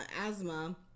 asthma